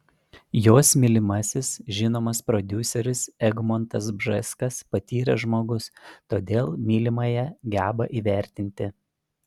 jos mylimasis žinomas prodiuseris egmontas bžeskas patyręs žmogus todėl mylimąją geba įvertinti